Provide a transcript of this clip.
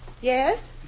Yes